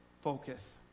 focus